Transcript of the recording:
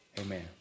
Amen